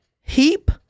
heap